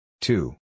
Two